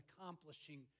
accomplishing